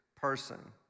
person